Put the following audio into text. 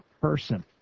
person